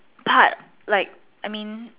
part like I mean